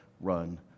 run